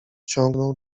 ciągnął